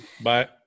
Bye